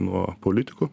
nuo politikų